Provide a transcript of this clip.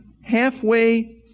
Halfway